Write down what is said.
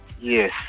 Yes